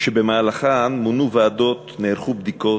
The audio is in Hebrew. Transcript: שבמהלכן מונו ועדות, נערכו בדיקות,